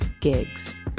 gigs